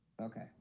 Okay